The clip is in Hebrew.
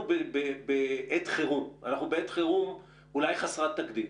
אנחנו בעת חירום חסרת תקדים.